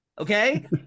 okay